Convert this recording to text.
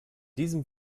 diesem